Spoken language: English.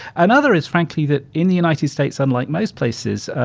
another is frankly that, in the united states, unlike most places,